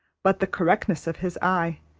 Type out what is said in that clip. but the correctness of his eye,